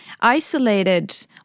isolated